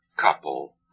couple